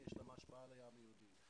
יש להן השפעה על העם היהודי.